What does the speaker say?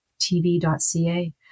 tv.ca